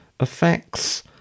effects